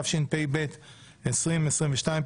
התשפ"ב-2022,